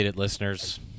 Listeners